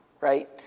right